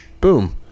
Boom